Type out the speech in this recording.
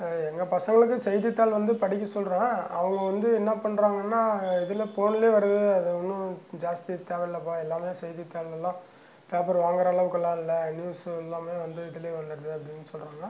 எங்கள் பசங்களுக்கு செய்தித்தாள் வந்து படிக்க சொல்கிறோம் அவங்க வந்து என்ன பண்றாங்கன்னால் இதில் போனில் வருது அதை ஒன்றும் ஜாஸ்தியாக தேவையில்லைப்பா எல்லாமே செய்தித்தாள்கள்லாம் பேப்பர் வாங்குற அளவுக்கெல்லாம் இல்லை நியூஸு எல்லாமே வந்து இதுலேயே வந்துடுது அப்படின்னு சொல்கிறாங்க